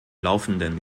laufenden